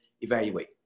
evaluate